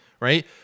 Right